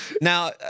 Now